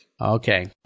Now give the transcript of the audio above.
Okay